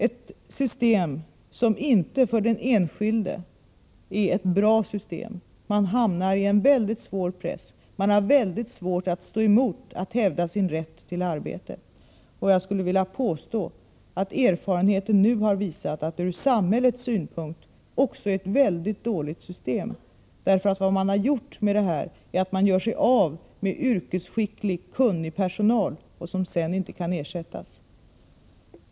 Det är ett system som inte är bra för den enskilde. Man hamnar i en mycket svår press. Man har mycket svårt att stå emot och hävda sin rätt till arbete. Jag skulle vilja påstå att erfarenheten nu har visat att det ur samhällssynpunkt också är ett mycket dåligt system. Det man har gjort är att man gör sig av med yrkesskicklig, kunnig personal som sedan inte kan ersättas.